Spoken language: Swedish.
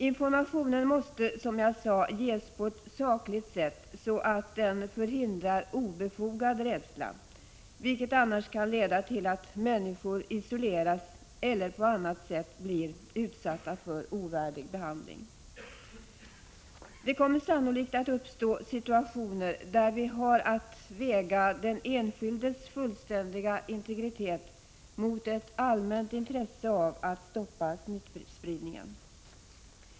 Informationen måste, som jag sade, ges på ett sakligt sätt, så att den förhindrar obefogad rädsla. Annars kan människor komma att isoleras eller på annat sätt bli utsatta för ovärdig behandling. Det kommer sannolikt att uppstå situationer där vi har att väga den enskildes fullständiga integritet mot ett allmänt intresse av att stoppa smittspridningen.